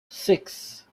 six